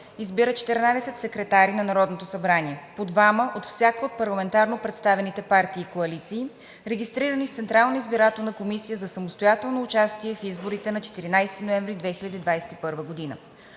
Избира 14 секретари на Народното събрание – по двама от всяка от парламентарно представените партии и коалиции, регистрирани в Централната избирателна комисия за самостоятелно участие в изборите на 14 ноември 2021 г.